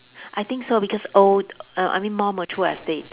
I think so because old uh I mean more mature estate